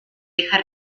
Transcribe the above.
hija